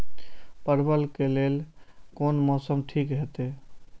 परवल के लेल कोन मौसम ठीक होते?